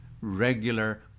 regular